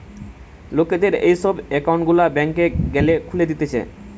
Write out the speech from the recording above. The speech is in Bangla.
লোকদের এই সব একউন্ট গুলা ব্যাংকে গ্যালে খুলে দিতেছে